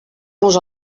nos